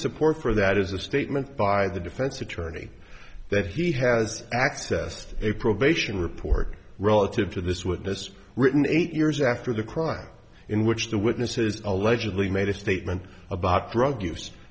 support for that is a statement by the defense attorney that he has access to a probation report relative to this witness written eight years after the crime in which the witnesses allegedly made a statement about drug use